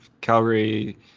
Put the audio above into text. Calgary